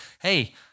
Hey